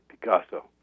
Picasso